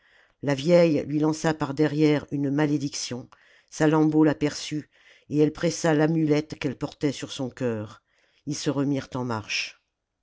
la vieille lui lança par derrière une malédiction salammbô l'aperçut et elle pressa l'amulette qu'elle portait sur son cœur ils se remirent en marche